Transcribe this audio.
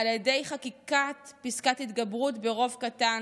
על ידי חקיקת פסקת התגברות ברוב קטן,